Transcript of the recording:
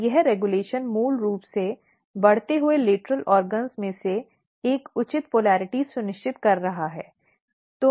और यह रेगुलेशन मूल रूप से बढ़ते लेटरल अंगों में एक उचित ध्रुवता सुनिश्चित कर रहा है